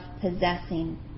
possessing